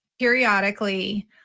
periodically